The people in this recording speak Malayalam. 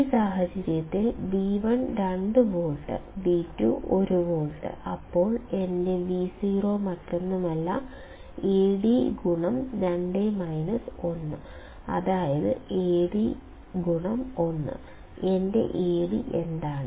ഈ സാഹചര്യത്തിൽ V1 2 വോൾട്ട് V2 1 വോൾട്ട് അപ്പോൾ എന്റെ Vo മറ്റൊന്നുമല്ല Ad അതാണ് Ad1 എന്റെ Ad എന്താണ്